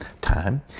time